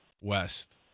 West